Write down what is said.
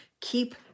keep